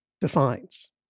defines